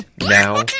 now